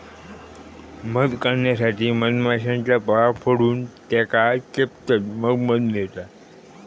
मध काढण्यासाठी मधमाश्यांचा पोळा फोडून त्येका चेपतत मग मध मिळता